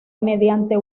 mediante